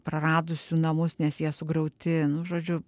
praradusių namus nes jie sugriauti nu žodžiu